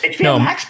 no